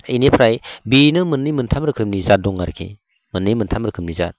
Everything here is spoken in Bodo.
बेनिफ्राय बेनो मोननै मोनथाम रोखोमनि जात दं आरोकि मोननै मोनथाम रोखोमनि जात